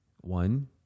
one